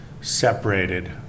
separated